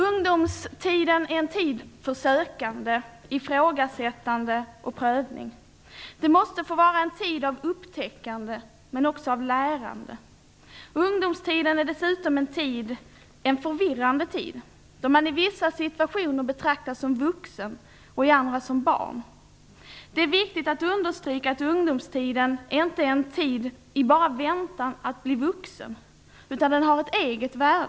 Ungdomstiden är en tid för sökande, ifrågasättande och prövning. Det måste få vara en tid av upptäckande men också av lärande. Ungdomstiden är dessutom en förvirrande tid då man i vissa situationer betraktas som vuxen och i andra som barn. Det är viktigt att understryka att ungdomstiden inte bara är en tid i väntan på att bli vuxen, utan att den har ett eget värde.